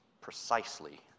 precisely